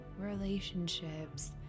relationships